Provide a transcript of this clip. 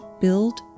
build